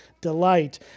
delight